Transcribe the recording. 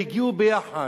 והגיעו יחד,